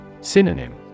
Synonym